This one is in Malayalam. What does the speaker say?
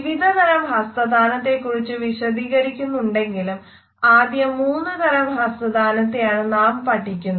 വിവിധതരം ഹസ്തദാനത്തെക്കുറിച് വിശദീകരിക്കുന്നുണ്ടെങ്കിലും ആദ്യം മൂന്നു തരം ഹസ്തദാനത്തെയാണ് നാം പഠിക്കുന്നത്